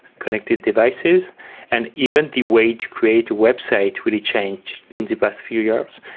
connected devices and even the way to create a website really changed in the past few years,